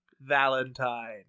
Valentine